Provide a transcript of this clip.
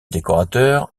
décorateur